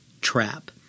trap